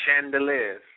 chandeliers